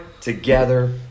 together